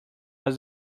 was